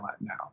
now